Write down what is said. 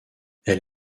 elle